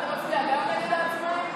גם אתה מצביע נגד העצמאים?